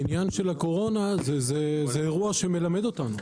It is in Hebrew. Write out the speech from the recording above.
עניין הקורונה זה אירוע שמלמד אותנו.